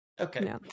Okay